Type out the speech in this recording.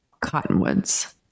cottonwoods